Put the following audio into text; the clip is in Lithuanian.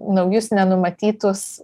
naujus nenumatytus